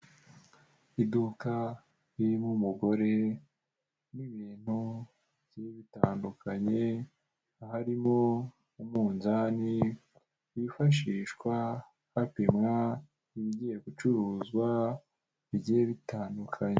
Iduka ririmo umugore n'ibintu bigiye bitandukanye harimo umunzani wifashishwa hapimwa ibigiye gucuruwa bigiye bitandukanye.